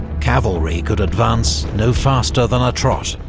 cavalry could advance no faster than a trot.